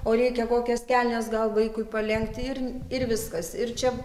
o reikia kokias kelnes gal vaikui palenkti ir ir viskas ir čia